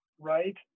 right